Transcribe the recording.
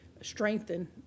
strengthen